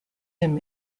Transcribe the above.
him